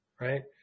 right